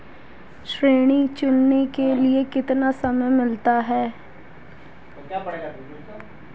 ऋण चुकाने के लिए कितना समय मिलेगा?